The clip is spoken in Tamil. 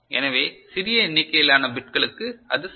எனவே சிறிய எண்ணிக்கையிலான பிட்களுக்கு அது சரி